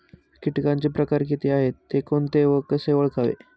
किटकांचे प्रकार किती आहेत, ते कोणते व कसे ओळखावे?